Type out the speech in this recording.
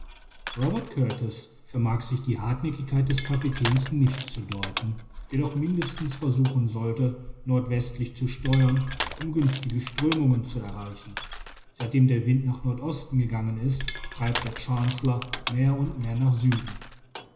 robert kurtis vermag sich die hartnäckigkeit des kapitäns nicht zu deuten der doch mindestens versuchen sollte nordwestlich zu steuern um günstige strömungen zu erreichen seitdem der wind nach nordosten gegangen ist treibt der chancellor mehr und mehr nach süden